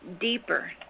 deeper